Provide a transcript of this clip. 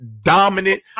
dominant